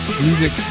music